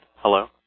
Hello